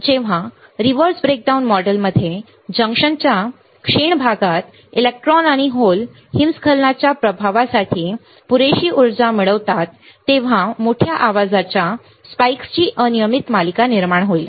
जेव्हा reverse breakdown मॉडेलमध्ये जंक्शनच्या क्षीण प्रदेशात इलेक्ट्रॉन आणि होल हिमस्खलनाच्या प्रभावासाठी पुरेशी ऊर्जा मिळवतात तेव्हा मोठ्या आवाजाच्या स्पाइक्सची अनियमित मालिका निर्माण होईल